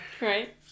Right